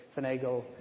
finagle